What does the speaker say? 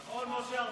נכון, משה ארבל?